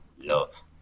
love